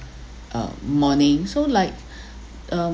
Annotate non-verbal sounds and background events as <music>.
uh mourning so like <breath> um